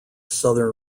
southern